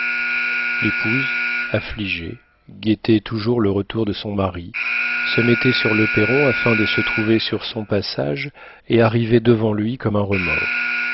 l'épouse affligée guettait toujours le retour de son mari se mettait sur le perron afin de se trouver sur son passage et arriver devant lui comme un remords